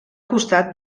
costat